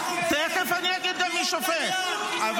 אתה טועה, אלקין.